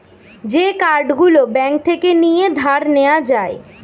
যে কার্ড গুলো ব্যাঙ্ক থেকে নিয়ে ধার নেওয়া যায়